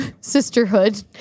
sisterhood